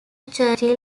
churchill